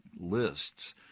lists